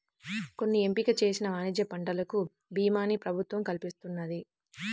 కొన్ని ఎంపిక చేసిన వాణిజ్య పంటలకు భీమాని ప్రభుత్వం కల్పిస్తున్నది